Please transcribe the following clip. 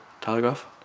Telegraph